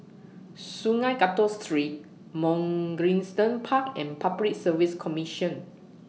Sungei Kadut Street Mugliston Park and Public Service Commission